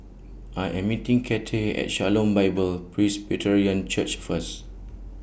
I Am meeting Cathey At Shalom Bible Presbyterian Church First